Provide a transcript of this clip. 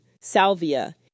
salvia